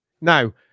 Now